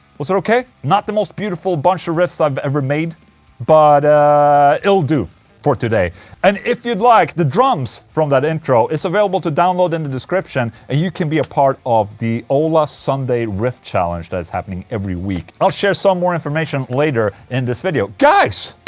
was it ok? not the most beautiful bunch of riffs i've ever made but it'll do for today and if you'd like, the drums from that intro is available to download in the description and you can be a part of the ola sunday riff challenge that is happening every week i'll share some more information later in this video guys.